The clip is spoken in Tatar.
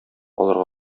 алырга